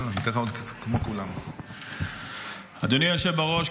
אדוני היושב-בראש,